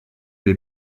les